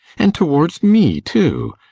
and towards me too!